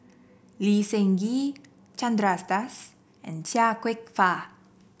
Lee Seng Gee Chandra Das and Chia Kwek Fah